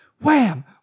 wham